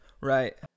Right